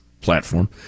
platform